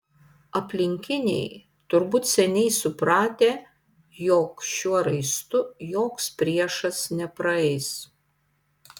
aplinkiniai turbūt seniai supratę jog šiuo raistu joks priešas nepraeis